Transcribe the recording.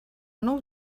nou